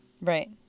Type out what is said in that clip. Right